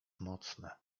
mocne